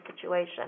situation